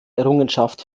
errungenschaft